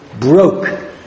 broke